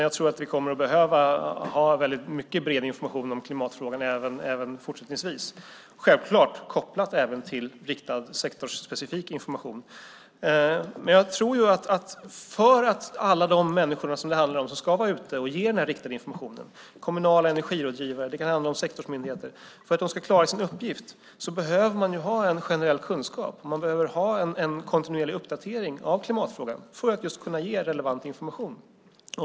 Jag tror att vi kommer att behöva ha mycket bred information om klimatfrågan även fortsättningsvis, självklart kopplad till riktad sektorsspecifik information. För att alla de människor - det kan vara kommunala energirådgivare och sektorsmyndigheter - som ska vara ute och ge den här riktade informationen ska klara sin uppgift behöver man ha generell kunskap. Man behöver ha en kontinuerlig uppdatering av klimatfrågan för att kunna ge relevant information.